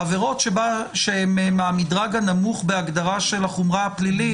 עבירות שהן מהמדרג הנמוך בהגדרה של החומרה הפלילית,